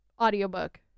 audiobook